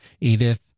Edith